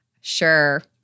Sure